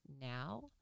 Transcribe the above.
now